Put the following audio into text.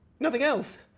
nothing else.